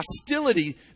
hostility